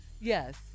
Yes